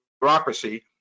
bureaucracy